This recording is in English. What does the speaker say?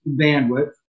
bandwidth